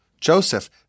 Joseph